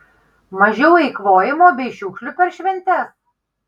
mažiau eikvojimo bei šiukšlių per šventes